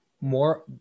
more